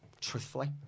truthfully